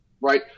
right